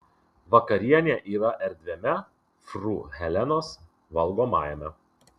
vakarienė yra erdviame fru helenos valgomajame